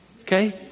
Okay